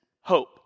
hope